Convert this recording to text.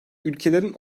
ülkelerin